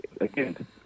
again